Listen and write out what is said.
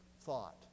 thought